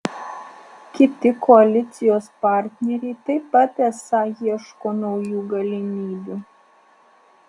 kiti koalicijos partneriai taip pat esą ieško naujų galimybių